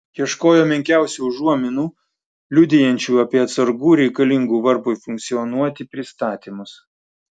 ieškojo menkiausių užuominų liudijančių apie atsargų reikalingų varpui funkcionuoti pristatymus